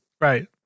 Right